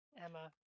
Emma